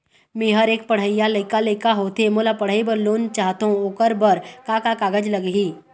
मेहर एक पढ़इया लइका लइका होथे मोला पढ़ई बर लोन चाहथों ओकर बर का का कागज लगही?